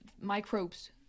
microbes